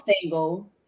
single